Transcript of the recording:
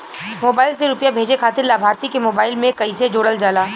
Mobile से रूपया भेजे खातिर लाभार्थी के मोबाइल मे कईसे जोड़ल जाला?